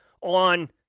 on